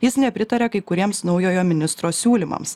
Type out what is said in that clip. jis nepritarė kai kuriems naujojo ministro siūlymams